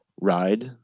ride